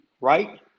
right